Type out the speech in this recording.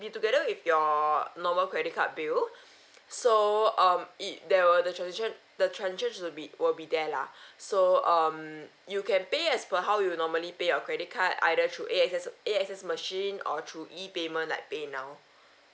be together with your normal credit card bill so um it there were the transaction the transaction will be will be there lah so um you can pay as per how you normally pay your credit card either through A_X_S A_X_S machine or through e payment like PayNow